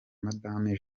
madame